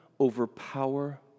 overpower